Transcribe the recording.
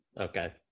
Okay